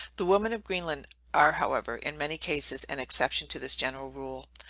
the women of greenland are however, in many cases, an exception to this general rule.